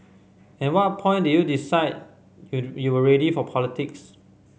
at what point did you decide you were ready for politics